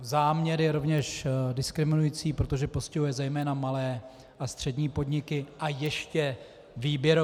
Záměr je rovněž diskriminující, protože postihuje zejména malé a střední podniky, a ještě výběrově.